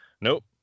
nope